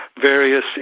various